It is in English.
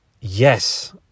Yes